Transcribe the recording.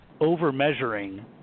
over-measuring